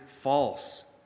false